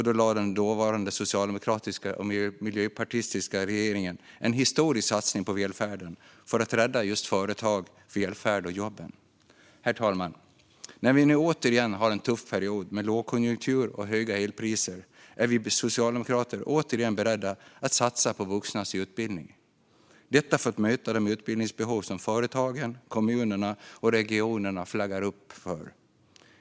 Då lade den dåvarande socialdemokratiska och miljöpartistiska regeringen fram en historisk satsning på välfärden, för att rädda företagen, välfärden och jobben. Herr talman! När vi nu återigen har en tuff period med lågkonjunktur och höga elpriser är vi socialdemokrater åter beredda att satsa på vuxnas utbildning, för att möta de utbildningsbehov som företagen, kommunerna och regionerna flaggar för.